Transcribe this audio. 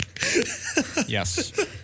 Yes